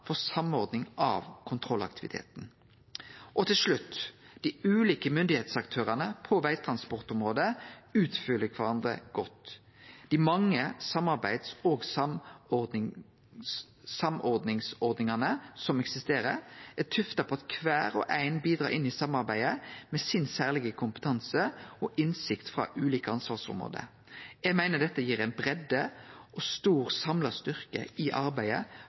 for samordning av kontrollaktiviteten. Og til slutt: Dei ulike myndigheitsaktørane på vegtransportområdet utfyller kvarandre godt. Dei mange samarbeids- og samordningsordningane som eksisterer, er tufta på at kvar og ein bidrar inn i samarbeidet med sin særlege kompetanse og innsikt frå ulike ansvarsområde. Eg meiner dette gir ei breidde og ein stor samla styrke i arbeidet